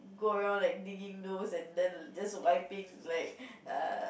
go around like digging nose and then just wiping like err